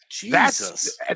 Jesus